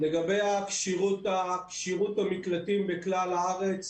לגבי כשירות המקלטים בכלל הארץ,